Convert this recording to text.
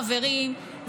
חברים,